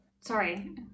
sorry